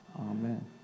Amen